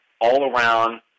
all-around